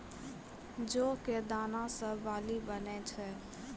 जौ कॅ दाना सॅ बार्ली बनै छै